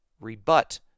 rebut